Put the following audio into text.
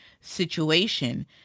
situation